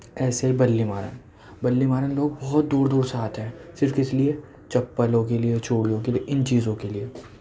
ایسے بلی مہران بلی مہران لوگ بہت دور دور سے آتے ہیں صرف اِس لئے چپلوں کے لئے چوڑیوں کے لئے اِن چیزوں کے لئے